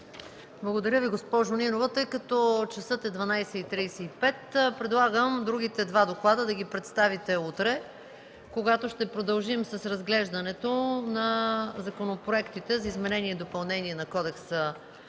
Благодаря Ви, госпожо Нинова. Тъй като часът е 12,35, предлагам другите два доклада да представите утре, когато ще продължим с разглеждането на законопроектите за изменение и допълнение на Кодекса на